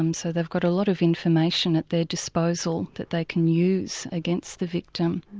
um so they've got a lot of information at their disposal that they can use against the victim.